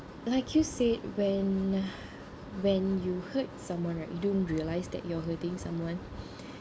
like you said when when you hurt someone right you don't realize that you're hurting someone